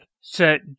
set